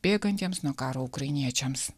bėgantiems nuo karo ukrainiečiams